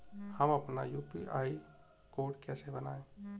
हम अपना UPI code कैसे बनाएँ?